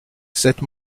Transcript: cette